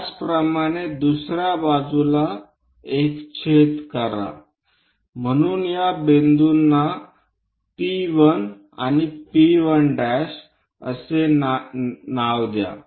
त्याचप्रमाणे दुसर्या बाजूला एक छेद करा म्हणून या बिंदूंना P1 आणि P1' असे नाव द्या